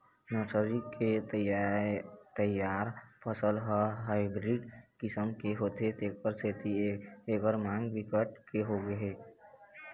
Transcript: nursery के तइयार फसल ह हाइब्रिड किसम के होथे तेखर सेती एखर मांग बिकट के होगे हे